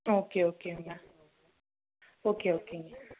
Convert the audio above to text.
okay ஓகேங்க okay ஓகேங்க